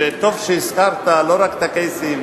וטוב שהזכרת לא רק את הקייסים,